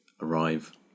arrive